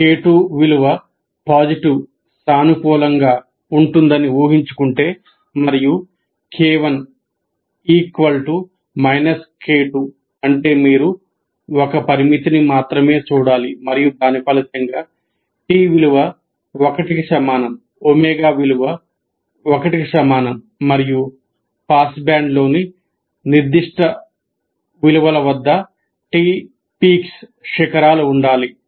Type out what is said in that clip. K2 విలువ positive సానుకూలంగా ఉంటుందని ఊహించుకుంటే మరియు K1 K2 అంటే మీరు ఒక పరామితిని మాత్రమే చూడాలి మరియు దీని ఫలితంగా T విలువ 1 కు సమానం ω విలువ 1 కు సమానం మరియు పాస్బ్యాండ్లోని నిర్దిష్ట విలువల వద్ద T శిఖరాలు ఉండాలి